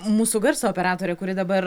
mūsų garso operatorė kuri dabar